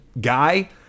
guy